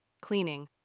cleaning